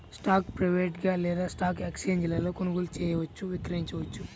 స్టాక్ను ప్రైవేట్గా లేదా స్టాక్ ఎక్స్ఛేంజీలలో కొనుగోలు చేయవచ్చు, విక్రయించవచ్చు